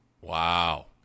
Wow